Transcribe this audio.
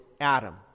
Adam